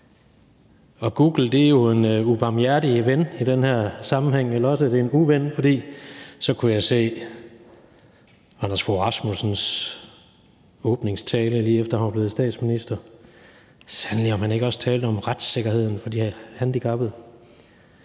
Google er jo en ubarmhjertig ven i den her sammenhæng, eller også er det en uven, for jeg kunne se hr. Anders Fogh Rasmussens åbningstale, lige efter at han var blevet statsminister. Sandelig om han ikke også talte om retssikkerheden for de handicappede.